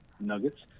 nuggets